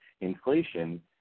inflation